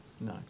No